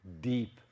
deep